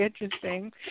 interesting